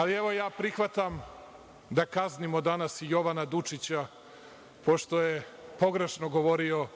odgovara. Ja prihvatam da kaznimo danas i Jovana Dučića, pošto je pogrešno govorio